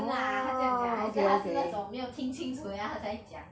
真的 ah 她这样讲还是她是那种没有听清楚 then 她才讲